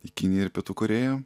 į kiniją ir pietų korėją